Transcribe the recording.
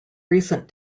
recent